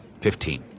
Fifteen